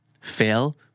Fail